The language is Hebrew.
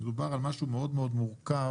מדובר על משהו מאוד מאוד מורכב,